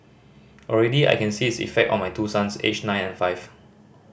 already I can see its effect on my two sons aged nine and five